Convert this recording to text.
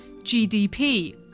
GDP